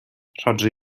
rhodri